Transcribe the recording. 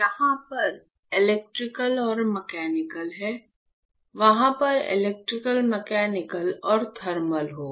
यहाँ पर इलेक्ट्रिकल और मैकेनिकल है वहाँ पर इलेक्ट्रिकल मैकेनिकल और थर्मल होगा